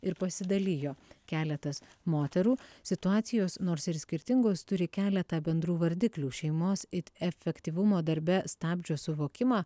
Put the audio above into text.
ir pasidalijo keletas moterų situacijos nors ir skirtingos turi keletą bendrų vardiklių šeimos it efektyvumo darbe stabdžio suvokimą